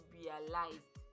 realized